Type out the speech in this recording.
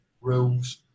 rules